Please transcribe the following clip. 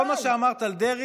כל מה שאמרת על דרעי,